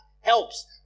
helps